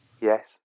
Yes